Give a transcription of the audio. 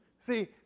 See